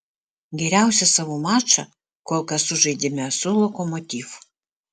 geriausią savo mačą kol kas sužaidėme su lokomotiv